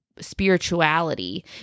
spirituality